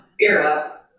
era